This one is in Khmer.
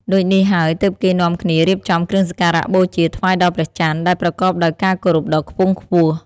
ដូចនេះហើយទើបគេនាំគ្នារៀបចំគ្រឿងសក្ការៈបូជាថ្វាយដល់ព្រះច័ន្ទ ដែលប្រកបដោយការគោរពដ៏ខ្ពង់ខ្ពស់។